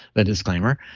the disclaimer.